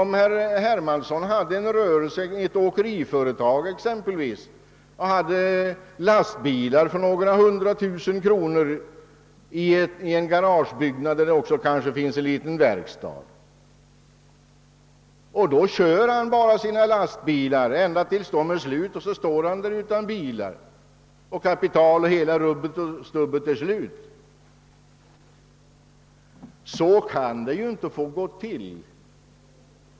Har herr Hermansson ett åkeriföretag med lastbilar för några hundra tusen kronor, en garagebyggnad och kanske en liten verkstad, så kör han ju inte sina lastbilar ända tills de är slut och han står där utan bilar, utan kapital. Nej, så får det inte gå till.